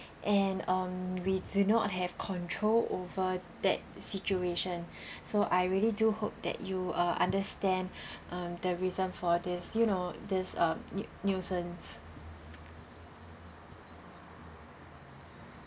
and um we do not have control over that situation so I really do hope that you uh understand um the reason for this you know this um nui~ nuisance